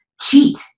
cheat